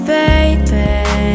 baby